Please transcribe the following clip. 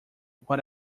what